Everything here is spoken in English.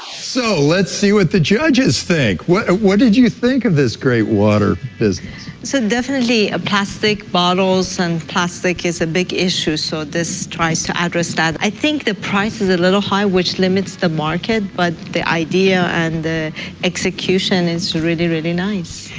so, let's see what the judges think. what what did you think of this great water business? so, definitely, ah plastic bottles and plastic is a big issue, so this tries to address that. i think the price is a little high, which limits the market, but the idea and the execution is really, really nice.